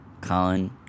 Colin